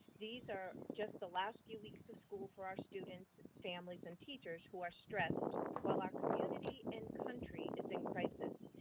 these are just the last few weeks of school for our students, families, and teachers who are stressed while our community and country is in crisis.